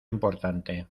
importante